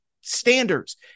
standards